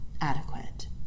adequate